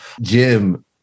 Jim